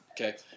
okay